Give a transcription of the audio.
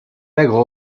maigres